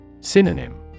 Synonym